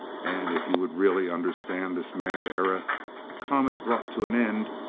and if you would really understand this mad era the comet brought to an end,